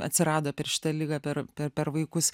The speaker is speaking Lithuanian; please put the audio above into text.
atsirado per šitą ligą per per vaikus